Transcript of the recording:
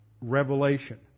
revelation